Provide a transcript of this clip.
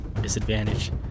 Disadvantage